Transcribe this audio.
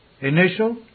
Initial